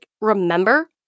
remember